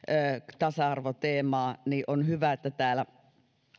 tasa arvoteemaa ja on hyvä että täällä